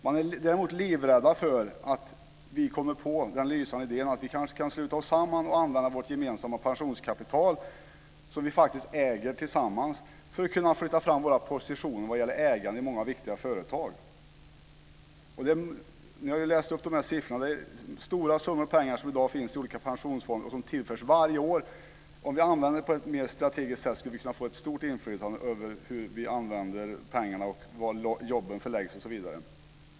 Man är däremot livrädd för att vi ska komma på den lysande idén att vi kanske kan sluta oss samman och använda vårt gemensamma pensionskapital, som vi faktiskt äger tillsammans, för att kunna flytta fram våra positioner vad gäller ägande i många viktiga företag. Siffrorna har ju lästs upp; det är stora summor pengar som i dag finns i olika pensionsfonder och som tillförs varje år. Om vi använde dem på ett mer strategiskt sätt skulle vi kunna få ett stort inflytande över hur vi använder pengarna, var jobben förläggs osv.